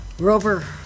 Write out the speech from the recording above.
Rover